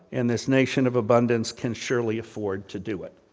and this nation of abundance can surely afford to do it.